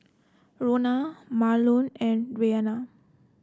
Rona Marlon and Reyna